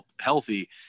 healthy